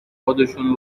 خودشون